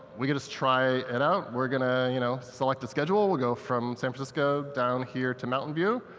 we could just try it out. we're going to you know select a schedule. we'll go from san francisco, down here to mountain view,